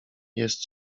jest